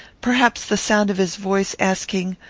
perhaps the sound of his voice, asking,